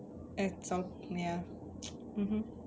hats out miya mmhmm